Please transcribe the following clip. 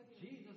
Jesus